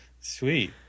Sweet